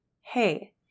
Hey